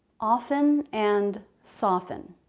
often and soften.